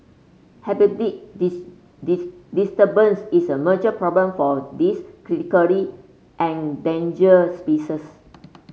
diss diss disturbance is a major problem for a this critically endangered species